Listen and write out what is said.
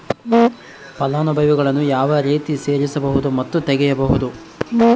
ಫಲಾನುಭವಿಗಳನ್ನು ಯಾವ ರೇತಿ ಸೇರಿಸಬಹುದು ಮತ್ತು ತೆಗೆಯಬಹುದು?